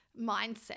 mindset